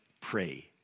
pray